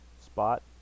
spot